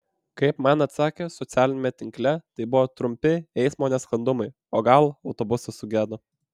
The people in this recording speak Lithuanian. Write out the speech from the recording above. kaip man atsakė socialiniame tinkle tai buvo trumpi eismo nesklandumai o gal autobusas sugedo